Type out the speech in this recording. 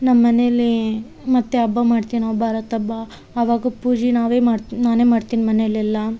ನಮ್ಮಮನೆಲ್ಲೀ ಮತ್ತು ಹಬ್ಬ ಮಾಡ್ತೀವಿ ನಾವು ಭರತಹಬ್ಬ ಅವಾಗ ಪೂಜೆ ನಾವೇ ಮಾಡ್ತೀನಿ ನಾನೇ ಮಾಡ್ತಿನಿ ಮನೇಲೆಲ್ಲ